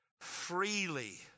freely